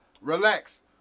relax